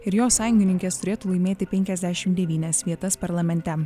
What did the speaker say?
ir jos sąjungininkės turėtų laimėti penkiasdešim devynias vietas parlamente